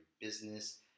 business